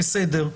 בסדר,